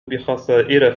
بخسائر